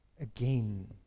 again